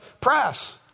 press